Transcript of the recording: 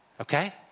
Okay